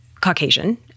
Caucasian